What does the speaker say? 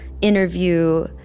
interview